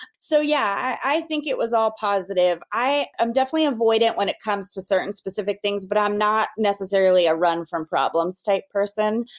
so yeah i think it was all positive. i'm definitely avoidant when it comes to certain, specific things, but i'm not necessarily a run from problems type person,